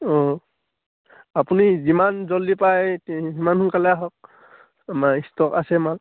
অঁ আপুনি যিমান জল্দি পাৰে সিমান সোনকালে আহক আমাৰ ষ্টক আছে মাল